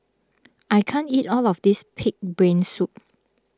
I can't eat all of this Pig's Brain Soup